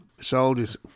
soldiers